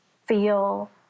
feel